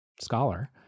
scholar